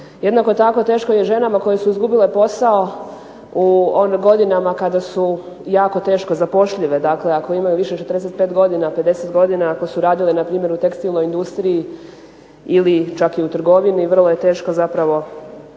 Jednako tako teško je ženama koje su izgubile posao u godinama kada su jako teško zapošljive, dakle ako imaju više od 45 godina, 50 godina, ako su radile npr. u tekstilnoj industriji ili čak i u trgovini, vrlo je teško zapravo